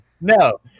No